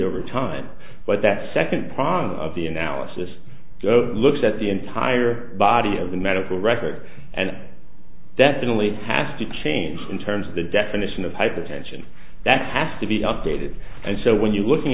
over time but that second prong of the analysis looks at the entire body of the medical record and definitely has to change in terms of the definition of hypertension that has to be updated and so when